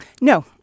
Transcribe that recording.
No